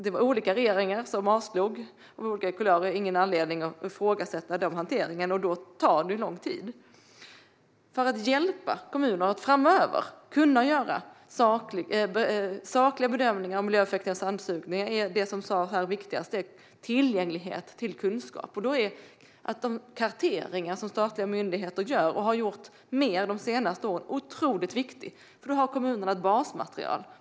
Det var regeringar av olika kulörer som avslog ansökan, och det finns ingen anledning att ifrågasätta hanteringen. Det tar lång tid. För att hjälpa kommuner framöver att kunna göra sakliga bedömningar av miljöeffekterna av sandsugning är det som sas här det viktigaste: tillgänglighet till kunskap. Då är de karteringar som statliga myndigheter gör, och har gjort mer av under de senaste åren, otroligt viktiga. Då har kommunerna ett basmaterial.